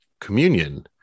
communion